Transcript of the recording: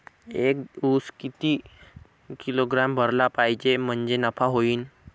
एक उस किती किलोग्रॅम भरला पाहिजे म्हणजे नफा होईन?